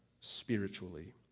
spiritually